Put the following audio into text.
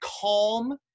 calm